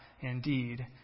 indeed